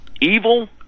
evil